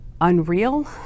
unreal